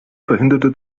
verhinderte